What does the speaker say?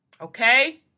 Okay